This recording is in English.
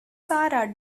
sarah